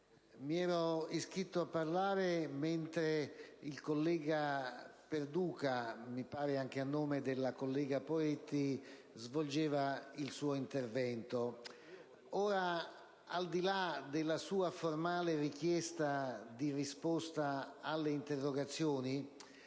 Avevo chiesto di parlare mentre il senatore Perduca, mi pare anche a nome della collega Poretti, svolgeva il proprio intervento. Al di là della sua formale richiesta di risposta alle interrogazioni,